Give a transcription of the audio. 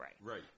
Right